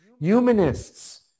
Humanists